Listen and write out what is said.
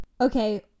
okay